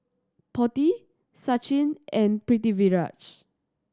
Potti Sachin and Pritiviraj